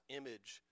image